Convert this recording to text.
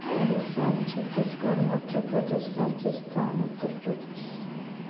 Odisha Chhattisgarh Madhya Pradesh Rajasthan Uttar Pradesh